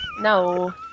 No